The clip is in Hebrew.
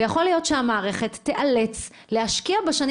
ויכול להיות שהמערכת תיאלץ להשקיע בשנים